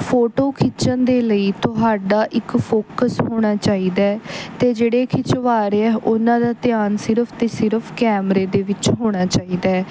photo ਖਿੱਚਣ ਦੇ ਲਈ ਤੁਹਾਡਾ ਇੱਕ ਫੋਕਸ ਹੋਣਾ ਚਾਹੀਦਾ ਅਤੇ ਜਿਹੜੇ ਖਿਚਵਾ ਰਹੇ ਆ ਉਹਨਾਂ ਦਾ ਧਿਆਨ ਸਿਰਫ ਅਤੇ ਸਿਰਫ ਕੈਮਰੇ ਦੇ ਵਿੱਚ ਹੋਣਾ ਚਾਹੀਦਾ ਹੈ